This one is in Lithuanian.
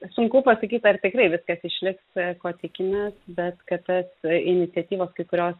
sunku pasakyt ar tikrai viskas išliks ko tikimės bet kad tas iniciatyvos kai kurios